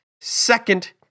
second